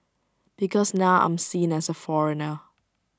because now I'm seen as A foreigner